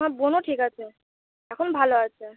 হ্যাঁ বোনও ঠিক আছে এখন ভালো আছে